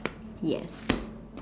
yes